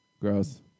Gross